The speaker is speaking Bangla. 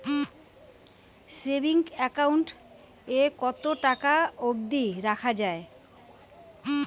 সেভিংস একাউন্ট এ কতো টাকা অব্দি রাখা যায়?